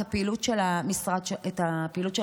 את הפעילות של המשרד שלך.